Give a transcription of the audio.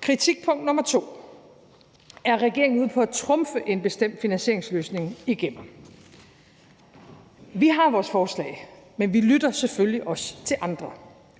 Kritikpunkt nr. 2: Er regeringen ude på at trumfe en bestemt finansieringsløsning igennem? Vi har vores forslag, men vi lytter selvfølgelig også til andre,